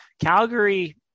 Calgary